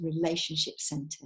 relationship-centered